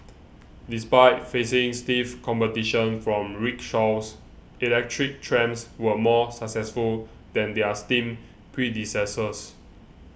despite facing stiff competition from rickshaws electric trams were more successful than their steam predecessors